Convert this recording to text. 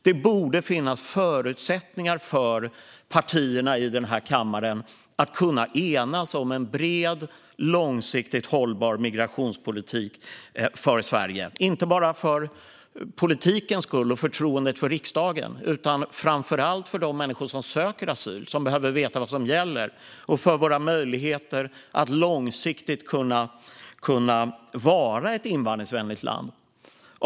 Det borde finnas förutsättningar för partierna i den här kammaren att enas om en bred, långsiktigt hållbar migrationspolitik för Sverige - inte bara för politikens skull och för förtroendet för riksdagen utan framför allt för de människor som söker asyl och behöver veta vad som gäller, liksom för våra möjligheter att långsiktigt vara ett invandringsvänligt land.